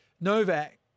Novak